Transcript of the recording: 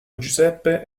giuseppe